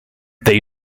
they